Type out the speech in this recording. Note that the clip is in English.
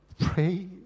pray